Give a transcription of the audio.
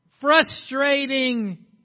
frustrating